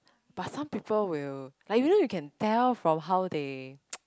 but some people will like you know you can tell from how they